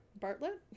Bartlett